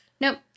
Nope